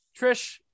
Trish